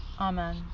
Amen